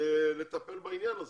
לטפל בעניין הזה.